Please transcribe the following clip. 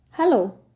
Hello